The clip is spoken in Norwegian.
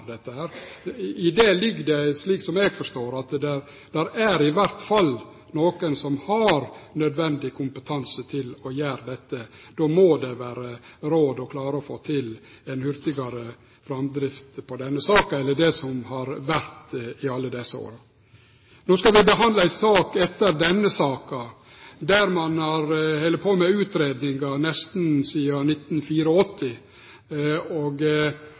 dette. I det ligg det, slik eg forstår det, at det er i alle fall nokon som har nødvendig kompetanse til å gjere dette. Då må det vere råd å klare å få til ei hurtigare framdrift i denne saka enn det som har vore tilfellet i alle desse åra. No skal vi behandle ei sak etter denne saka der ein har heldt på med utgreiingar nesten sidan